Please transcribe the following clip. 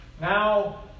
now